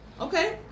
Okay